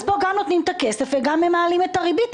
אז פה גם נותנים את הכסף וגם הם מעלים את הריבית.